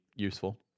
useful